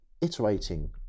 iterating